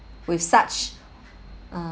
with such uh